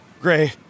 gray